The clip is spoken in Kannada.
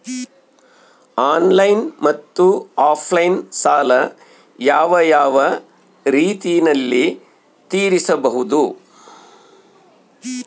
ಆನ್ಲೈನ್ ಮತ್ತೆ ಆಫ್ಲೈನ್ ಸಾಲ ಯಾವ ಯಾವ ರೇತಿನಲ್ಲಿ ತೇರಿಸಬಹುದು?